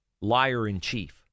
liar-in-chief